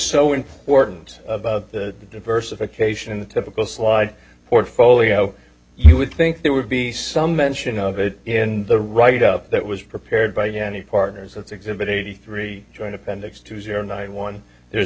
so important the diversification in the typical slide portfolio you would think there would be some mention of it in the write up that was prepared by any partners that's exhibit eighty three joint appendix two zero nine one there's